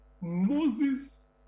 Moses